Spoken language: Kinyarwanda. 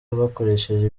bakoresheje